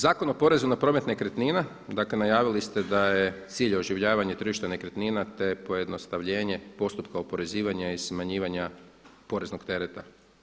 Zakon o porezu na promet nekretnina, dakle najavili ste da je cilj oživljavanje tržišta nekretnina, te pojednostavljenje postupka oporezivanja i smanjivanja poreznog tereta.